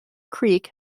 creek